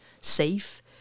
safe